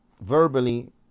verbally